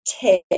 tip